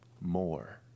more